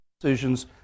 decisions